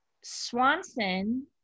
Swanson